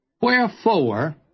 Wherefore